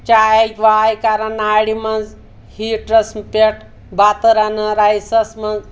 چاے واے کَران ناررِ منٛز ہیٖٹرَس پؠٹھ بَتہٕ رَنان رایسَس منٛز